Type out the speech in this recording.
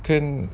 kan